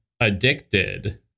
addicted